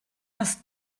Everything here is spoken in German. hast